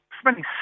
spending